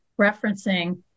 referencing